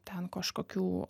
ten kažkokių